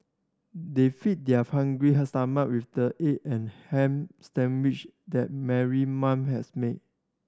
they feed their hungry stomach with the egg and ham sandwich that Mary mom has made